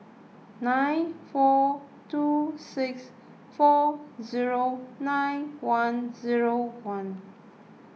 nine four two six four zero nine one zero one